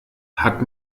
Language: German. hat